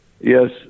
Yes